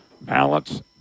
balance